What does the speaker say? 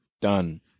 done